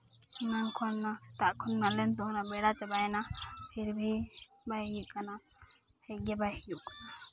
ᱮᱱᱟᱝ ᱠᱷᱚᱱ ᱮᱱᱟᱝ ᱥᱮᱛᱟᱜ ᱠᱷᱚᱱ ᱦᱮᱱᱟᱜ ᱞᱮᱭᱟ ᱱᱤᱛᱳᱜ ᱢᱟ ᱵᱮᱲᱟ ᱪᱟᱵᱟᱭᱮᱱᱟ ᱯᱷᱤᱨᱵᱤ ᱵᱟᱭ ᱦᱤᱡᱩᱜ ᱠᱟᱱᱟ ᱦᱮᱡᱽ ᱜᱮ ᱵᱟᱭ ᱦᱤᱡᱩᱜ ᱠᱟᱱᱟ